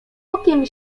okiem